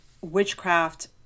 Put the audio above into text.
witchcraft